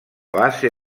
base